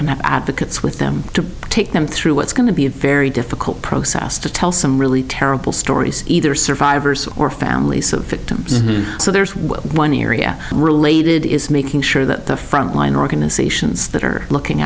can advocates with them to take them through what's going to be a very difficult process to tell some really terrible stories either survivors or families of victims so there is one area related is made sure that the frontline organizations that are looking